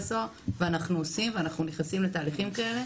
הסוהר ואנחנו אכן נכנסים לתהליכים כאלה.